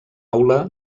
aula